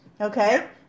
Okay